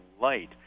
light